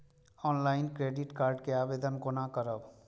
Online credit card के आवेदन कोना करब?